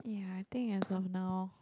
ya I think as from now